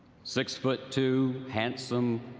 six but two, handsome,